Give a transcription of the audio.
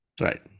Right